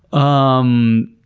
um,